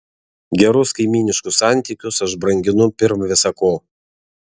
gerus kaimyniškus santykius aš branginu pirm visa ko